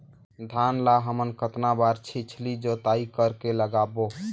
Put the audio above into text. धान ला हमन कतना बार छिछली जोताई कर के लगाबो?